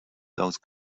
those